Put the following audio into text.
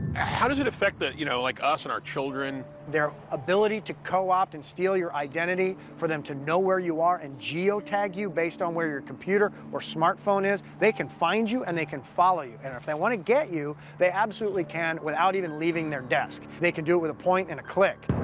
how does it affect the you know like, us and our children? their ability to co-opt and steal your identity, for them to know where you are and geotag you based on where your computer or smartphone is they can find you and they can follow you. and if they want to get you, they absolutely can, without even leaving their desk. they can do it with a point and a click.